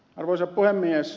arvoisa puhemies